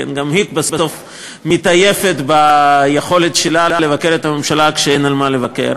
כי גם היא בסוף מתעייפת ביכולת שלה לבקר את הממשלה כשאין מה לבקר.